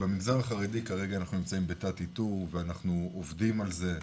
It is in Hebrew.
במגזר החרדי כרגע אנחנו נמצאים בתת איתור ואנחנו עובדים על זה,